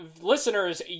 Listeners